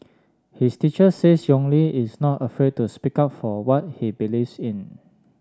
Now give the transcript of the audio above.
his teacher says Yong Li is not afraid to speak up for what he believes in